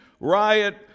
riot